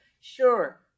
Sure